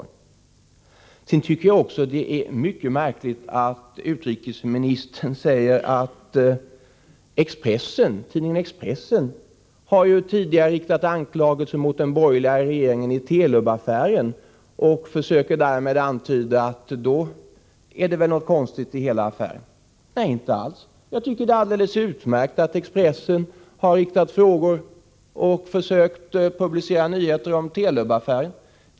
85 Sedan tycker jag också att det är mycket märkligt att utrikesministern säger att tidningen Expressen tidigare har riktat anklagelser mot den borgerliga regeringen i Telub-affären, och utrikesministern försöker därmed antyda att det då väl är något konstigt med hela affären. Nej, inte alls. Jag tycker att det är alldeles utmärkt att Expressen har riktat frågor och försökt publicera nyheter om Telub-affären.